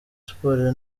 sports